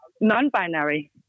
non-binary